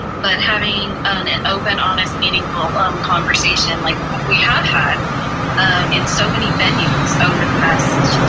but having an an open, honest, meaningful conversation like we have had um in so many venues over the past